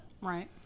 right